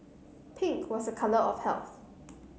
pink was a colour of health